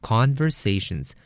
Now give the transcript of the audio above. Conversations